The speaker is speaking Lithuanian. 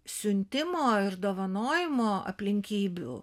siuntimo ir dovanojimo aplinkybių